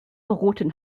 roten